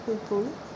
people